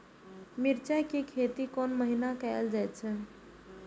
मिरचाय के खेती कोन महीना कायल जाय छै?